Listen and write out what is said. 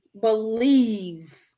believe